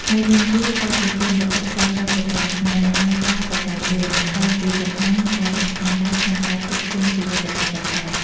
មួយវិញទៀត ការប្រគេនវត្ថុប្រើប្រាស់ប្រចាំថ្ងៃ ដែលហៅថា បច្ច័យបួន ក្រៅពីចង្ហាន់ ក៍សំខាន់ដែលក្នុងការផ្គត់ផ្គង់ជីវិតរបស់ព្រះសង្ឃ។